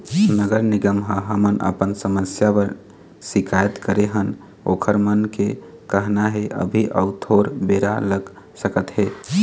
नगर निगम म हमन अपन समस्या बर सिकायत करे हन ओखर मन के कहना हे अभी अउ थोर बेरा लग सकत हे